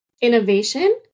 Innovation